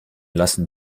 lassen